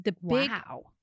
Wow